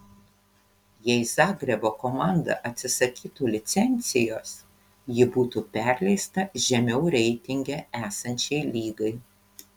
jei zagrebo komanda atsisakytų licencijos ji būtų perleista žemiau reitinge esančiai lygai